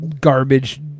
garbage